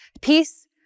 Peace